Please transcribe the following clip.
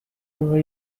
over